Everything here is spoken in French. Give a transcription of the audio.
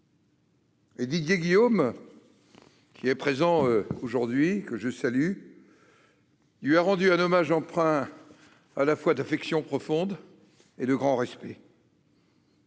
Didier Guillaume, présent aujourd'hui et que je salue, lui a rendu un hommage empreint à la fois d'affection profonde et de grand respect.